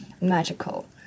magical